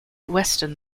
western